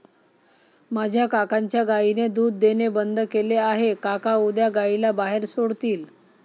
माझ्या काकांच्या गायीने दूध देणे बंद केले आहे, काका उद्या गायीला बाहेर सोडतील